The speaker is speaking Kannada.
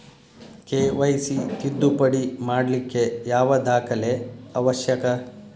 ಕೆ.ವೈ.ಸಿ ತಿದ್ದುಪಡಿ ಮಾಡ್ಲಿಕ್ಕೆ ಯಾವ ದಾಖಲೆ ಅವಶ್ಯಕ?